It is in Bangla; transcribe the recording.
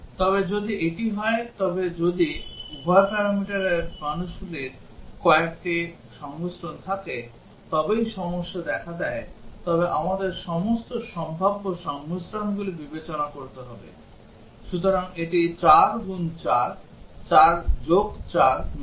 তবে যদি এটি হয় তবে যদি উভয় প্যারামিটারের মানগুলির কয়েকটি সংমিশ্রণ থাকে তবেই সমস্যা দেখা দেয় তবে আমাদের সমস্ত সম্ভাব্য সংমিশ্রণগুলি বিবেচনা করতে হবে সুতরাং এটি 4 গুন 4 4 যোগ 4 নয়